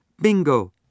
Bingo